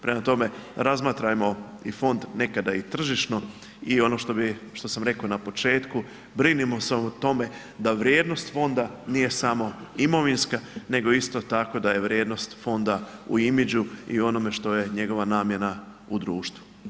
Prema tome, razmatrajmo i fond nekada i tržišno i ono što bi, što sam reko na početku, brinimo se o tome da vrijednost fonda nije samo imovinska nego isto tako da je vrijednost fonda u imidžu i u onome što je njegova namjena u društvu.